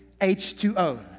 H2O